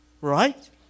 right